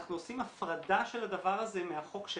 אנחנו עושים הפרדה של הדבר הזה מהחוק של